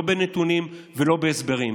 לא בנתונים ולא בהסברים.